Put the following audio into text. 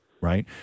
Right